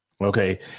okay